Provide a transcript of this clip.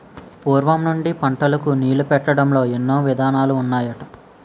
పూర్వం నుండి పంటలకు నీళ్ళు పెట్టడంలో ఎన్నో విధానాలు ఉన్నాయట